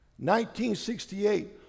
1968